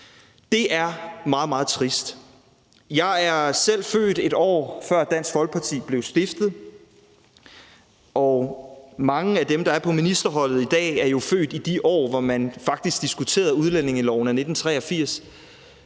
Det er meget, meget trist. Jeg er selv født, et år før Dansk Folkeparti blev stiftet, og mange af dem, der er på ministerholdet i dag, er jo født i de år, hvor man faktisk diskuterede udlændingeloven af 1983.